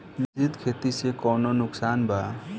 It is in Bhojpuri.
मिश्रित खेती से कौनो नुकसान बा?